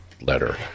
letter